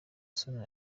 soni